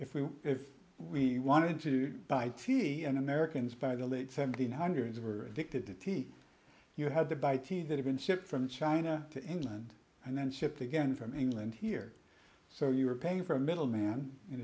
if we if we wanted to buy t v and americans by the late seventeen hundreds of are addicted to t v you had to buy t that have been shipped from china to end and then shipped again from england here so you were paying for a middleman in